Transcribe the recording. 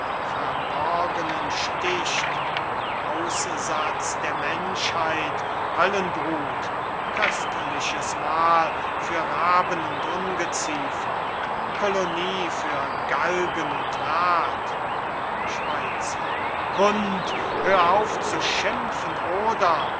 verborgenen sticht aussatz der menschheit höllenbrut köstliches mahl für raben und ungeziefer kolonie für galgen und rad schweizer hund hör auf zu schimpfen oder